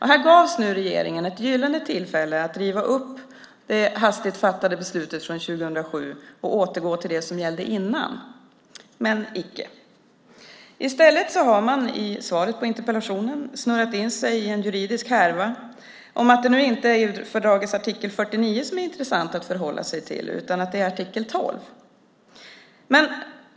Här gavs regeringen ett gyllene tillfälle att riva upp det hastigt fattade beslutet från 2007 och återgå till det som gällde innan - men icke. I stället har man i svaret på interpellationen snurrat in sig i en juridisk härva om att det inte är EG-fördragets artikel 49 som är intressant att förhålla sig till utan att det är artikel 12.